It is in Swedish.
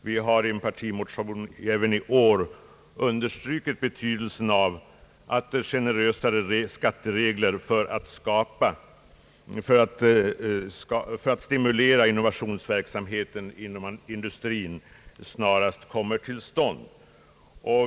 Vi har i en partimotion även i år understrukit betydelsen av att det snarast kommer till stånd generösare skatteregler för att stimulera innovationsverksamheten inom industrin.